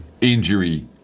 injury